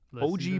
OG